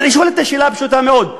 אני שואל את השאלה הפשוטה מאוד: